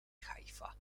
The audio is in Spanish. haifa